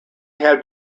had